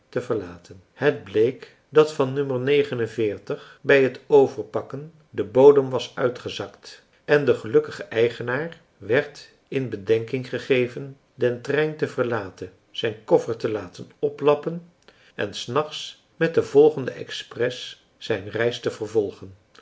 te verlaten het bleek dat van o bij het overpakken de bodem was uitgezakt en den gelukkigen eigenaar werd in bedenking gegeven den trein te verlaten zijn koffer te laten oplappen en s nachts met den volgenden expres zijn reis te vervolgen